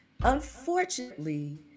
Unfortunately